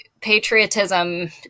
patriotism